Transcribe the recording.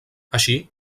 així